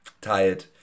tired